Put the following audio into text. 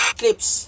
clips